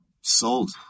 Sold